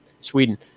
Sweden